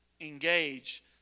engage